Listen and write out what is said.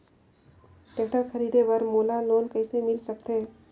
Tractor खरीदे बर मोला लोन कइसे मिल सकथे?